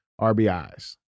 RBIs